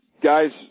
guys